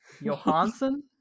Johansson